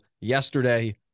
yesterday